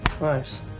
Nice